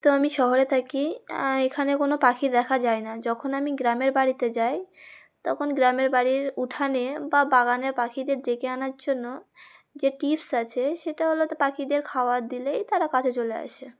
তো আমি শহরে থাকি এখানে কোনো পাখি দেখা যায় না যখন আমি গ্রামের বাড়িতে যাই তখন গ্রামের বাড়ির উঠানে বা বাগানে পাখিদের ডেকে আনার জন্য যে টিপস আছে সেটা হল তো পাখিদের খাবার দিলেই তারা কাছে চলে আসে